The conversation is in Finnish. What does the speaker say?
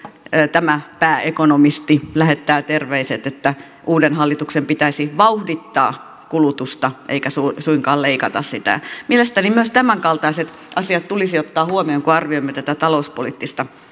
tämä pääekonomisti lähettää terveiset että uuden hallituksen pitäisi vauhdittaa kulutusta eikä suinkaan leikata sitä mielestäni myös tämänkaltaiset asiat tulisi ottaa huomioon kun arvioimme tätä talouspoliittista